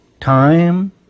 time